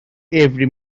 every